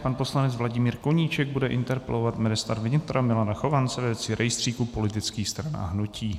Pan poslanec Vladimír Koníček bude interpelovat ministra vnitra Milana Chovance ve věci rejstříku politických stran a hnutí.